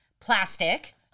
plastic